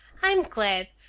i'm glad.